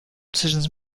decisions